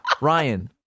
Ryan